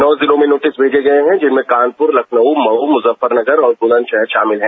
नौ जिलों में नोटिस भेजे गए हैं जिनमें कानपुर लखनऊ मऊ मुजफ्फरनगर और बुलंदशहर शामिल हैं